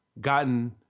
gotten